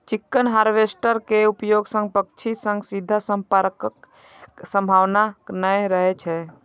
chicken harvester के उपयोग सं पक्षी सं सीधा संपर्कक संभावना नै रहै छै